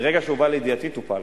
מרגע שהובא לידיעתי, טופל.